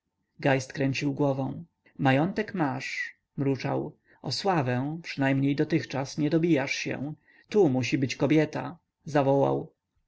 geist kręcił głową majątek masz mruczał o sławę przynajmniej dotychczas nie dobijasz się tu musi być kobieta zawołał